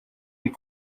est